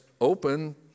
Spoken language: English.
open